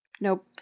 Nope